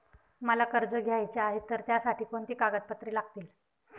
मला कर्ज घ्यायचे आहे तर त्यासाठी कोणती कागदपत्रे लागतील?